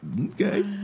Okay